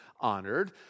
honored